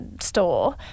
store